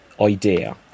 idea